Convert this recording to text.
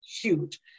Huge